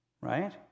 Right